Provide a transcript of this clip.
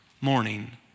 morning